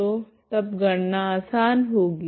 तो तब गणना आसान होगी